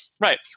Right